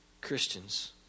Christians